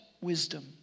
wisdom